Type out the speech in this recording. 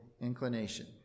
inclination